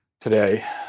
today